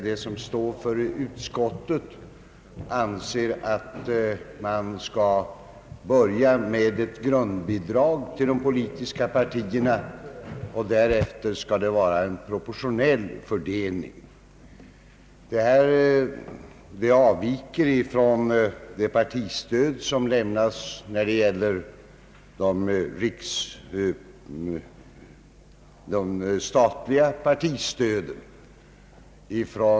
De som står för utskottet anser att man skall börja med ett grundbidrag till de politiska partierna och därefter ge bidrag enligt en proportionell fördelning. Detta avviker från det statliga partistödet.